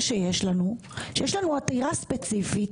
חד משמעית.